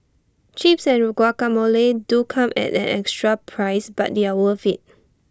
chips and guacamole do come at an extra price but they're worth IT